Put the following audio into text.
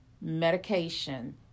medication